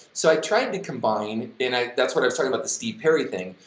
so i tried to combine and i, that's what i was talking about the steve perry thing,